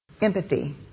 Empathy